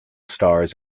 stars